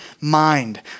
mind